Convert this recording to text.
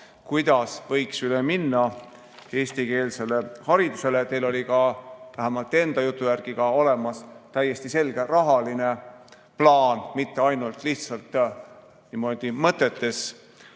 kuidas võiks üle minna eestikeelsele haridusele, ja teil oli ka, vähemalt teie enda jutu järgi, olemas täiesti selge rahaline plaan, mitte ainult lihtsalt niimoodi mõtetes.